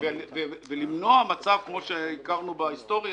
ולמנוע מצב כפי שהכרנו בהיסטוריה,